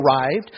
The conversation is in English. arrived